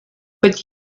but